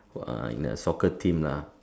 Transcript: in a soccer team lah